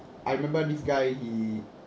I remember this guy he